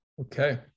Okay